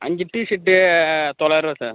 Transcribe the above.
அஞ்சு டீஷர்ட் தொள்ளாயிரரூவா சார்